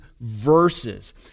verses